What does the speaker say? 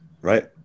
Right